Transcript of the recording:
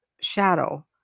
shadow